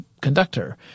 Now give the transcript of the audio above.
conductor